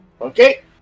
Okay